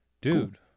Dude